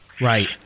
Right